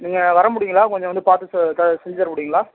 நீங்கள் வர முடியுங்களா கொஞ்சம் வந்து பார்த்து சொ ச செஞ்சு தர முடியுங்களா